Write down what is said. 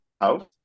house